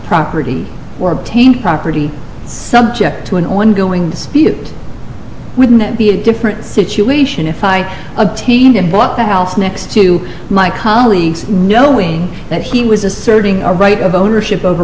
property or obtained property subject to an ongoing dispute wouldn't that be a different situation if i obtained and bought the house next to my colleagues knowing that he was asserting a right of ownership over